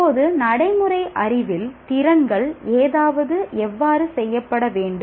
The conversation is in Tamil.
இப்போது நடைமுறை அறிவில் திறன்கள் ஏதாவது எவ்வாறு செய்யப்பட வேண்டும்